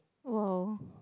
!wow!